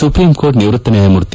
supreme court ನಿವೃತ್ತ ನ್ನಾಯಮೂರ್ತಿ